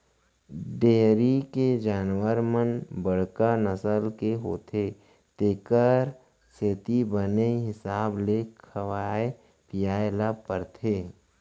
dairy के जानवर मन बड़का नसल के होथे तेकर सेती बने हिसाब ले खवाए पियाय ल परथे